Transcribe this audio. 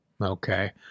Okay